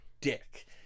dick